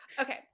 okay